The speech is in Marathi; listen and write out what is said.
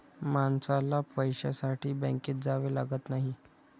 माणसाला पैशासाठी बँकेत जावे लागत नाही